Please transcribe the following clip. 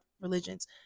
religions